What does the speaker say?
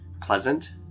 pleasant